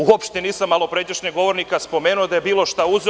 Uopšte nisam malopređašnjeg govornika spomenuo da je bilo šta uzeo.